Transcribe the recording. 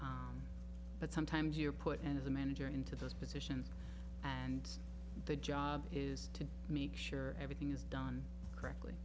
but sometimes you're put as a manager into those positions and the job is to make sure everything is done correctly